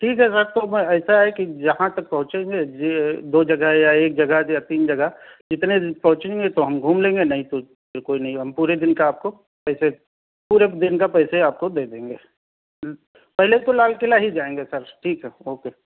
ٹھیک ہے سر تو میں ایسا ہے کہ جہاں تک پہنچیں گے یہ دو جگہ یا ایک جگہ یا تین جگہ جتنے پہنچیں گے تو ہم گھوم لیں گے نہیں تو کوئی نہیں ہم پورے دِن کا آپ کو پیسے پورے دِن کا پیسے آپ کو دے دیں گے پہلے تو لال قلعہ ہی جائیں گے سر ٹھیک ہے اوکے